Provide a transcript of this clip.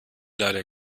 leider